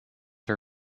her